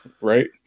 Right